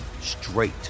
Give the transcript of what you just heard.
straight